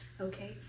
okay